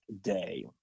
day